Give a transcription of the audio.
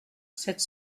sept